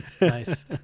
Nice